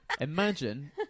imagine